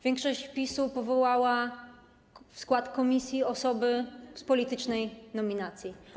Większość PiS-u powołała w skład komisji osoby z politycznej nominacji.